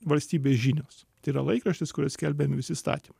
valstybės žinios tai yra laikraštis kur yra skelbiami įstatymai